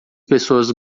pessoas